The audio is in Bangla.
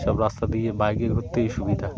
সব রাস্তা দিয়ে বাইকে ঘুরতেই সুবিধা